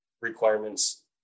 requirements